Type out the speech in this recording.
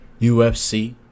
UFC